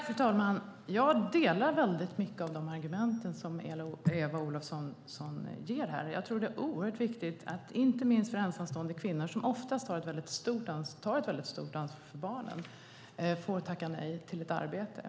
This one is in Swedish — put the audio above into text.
Fru talman! Jag instämmer i väldigt många av de argument som Eva Olofsson ger. Det är oerhört viktigt inte minst för ensamstående kvinnor, som oftast tar ett väldigt stort ansvar för barnen, att inte behöva tacka nej till ett arbete.